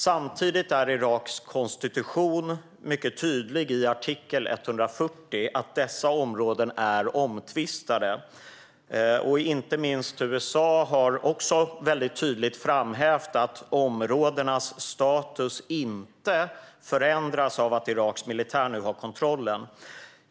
Samtidigt är Iraks konstitution i artikel 140 mycket tydlig med att dessa områden är omtvistade. Inte minst USA har väldigt tydligt framhävt att områdenas status inte förändras av att Iraks militär nu har kontrollen.